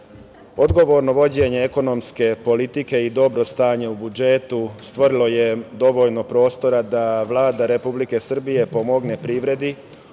zakona. Odgovorno vođenje ekonomske politike i dobro stanje u budžetu stvorilo je dovoljno prostora da Vlada Republike Srbije pomogne privredi